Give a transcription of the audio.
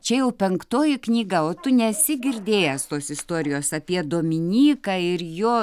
čia jau penktoji knyga o tu nesi girdėjęs tos istorijos apie dominyką ir jo